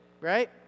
Right